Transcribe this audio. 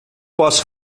posso